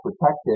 protected